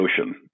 ocean